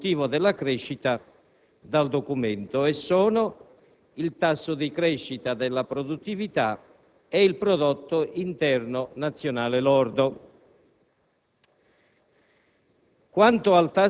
assunti a motivo della crescita dal Documento: il tasso di crescita della produttività e il prodotto interno nazionale lordo.